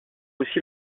aussi